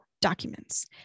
documents